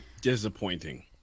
disappointing